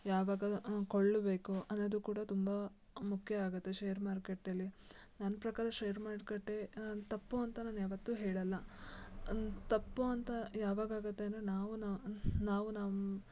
ಯಾವಾಗ ಕೊಳ್ಳಬೇಕು ಅನ್ನೋದು ಕೂಡ ತುಂಬ ಮುಖ್ಯ ಆಗುತ್ತೆ ಶೇರ್ ಮಾರ್ಕೆಟಲ್ಲಿ ನನ್ನ ಪ್ರಕಾರ ಶೇರು ಮಾರುಕಟ್ಟೆ ತಪ್ಪು ಅಂತ ನಾನು ಯಾವತ್ತೂ ಹೇಳೋಲ್ಲ ಅದು ತಪ್ಪು ಅಂತ ಯಾವಾಗ ಆಗುತ್ತೆ ಅಂದರೆ ನಾವು ನಾ ನಾವು ನಮ್ಮ